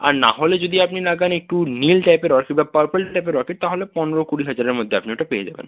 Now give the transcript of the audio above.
আর না হলে যদি আপনি লাগান একটু নীল টাইপের অর্কিড বা পারপেল টাইপের অর্কিড তাহলে পনেরো কুড়ি হাজারের মধ্যে আপনি ওটা পেয়ে যাবেন